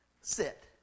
sit